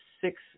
six